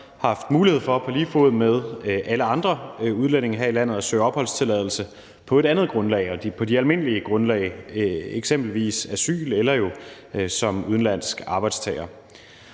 har været i Danmark, på lige fod med alle andre udlændinge her i landet haft mulighed for at søge opholdstilladelse på et andet grundlag og på de almindelige grundlag, eksempelvis asyl eller som udenlandsk arbejdstager.